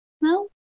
No